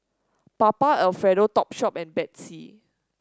Papa Alfredo Topshop and Betsy